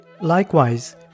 Likewise